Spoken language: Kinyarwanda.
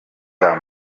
bwa